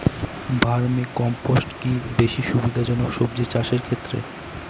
Vermi compost কি বেশী সুবিধা জনক সবজি চাষের ক্ষেত্রে?